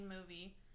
movie